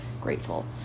grateful